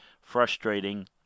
frustrating